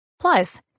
Plus